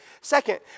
Second